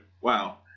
wow